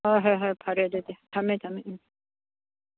ꯍꯣꯏ ꯍꯣꯏ ꯍꯣꯏ ꯐꯔꯦ ꯑꯗꯨꯗꯤ ꯊꯝꯃꯦ ꯊꯝꯃꯦ ꯎꯝ